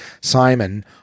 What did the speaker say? Simon